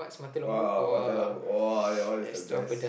!wow! !wow! that !wow! that one is the best